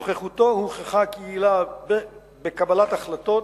נוכחותו הוכחה כיעילה בקבלת החלטות,